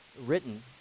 written